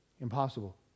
impossible